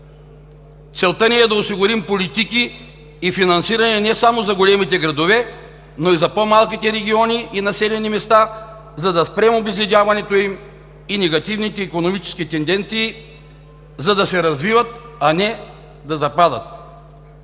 Целта ни е да осигурим политики и финансиране не само за големите градове, но и за по-малките региони и населени места, за да спрем обезлюдяването им и негативните икономически тенденции, за да се развиват, а не да западат.“